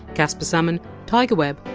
caspar salmon, tiger webb,